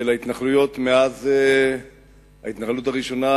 ההתנחלות הראשונה,